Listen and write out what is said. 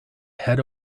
head